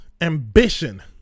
Ambition